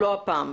לא הפעם.